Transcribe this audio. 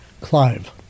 Clive